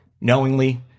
knowingly